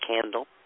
candle